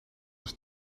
als